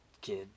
kid